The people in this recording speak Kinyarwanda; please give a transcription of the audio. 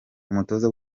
umutoza